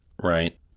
right